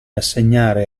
assegnare